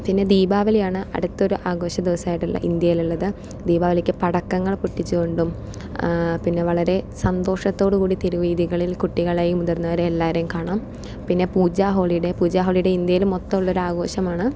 പിന്നെ ദീപാവലിയാണ് അടുത്തൊരു ആഘോഷ ദിവസമായിട്ടുള്ള ഇന്ത്യയിലുള്ളത് ദീപാവലിക്ക് പടക്കങ്ങൾ പൊട്ടിച്ചുകൊണ്ടും പിന്നെ വളരെ സന്തോഷത്തോടു കൂടി തെരുവു വീഥികളിൽ കുട്ടികളേയും മുതിർന്നവരേയും എല്ലാരേയും കാണാം പിന്നെ പൂജാ ഹോളീഡേ പൂജാ ഹോളീഡേ ഇന്ത്യയിൽ മൊത്തം ഉള്ളൊരു ആഘോഷമാണ്